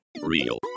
Real